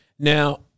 Now